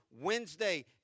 Wednesday